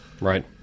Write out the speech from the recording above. Right